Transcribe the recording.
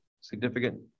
significant